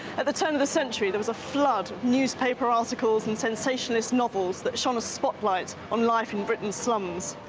at the turn of the century there was a flood of newspaper articles and sensationalist novels that shone a spotlight on life in britain's slums.